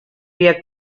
vía